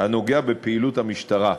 הנוגע לפעילות המשטרה.